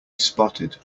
spotted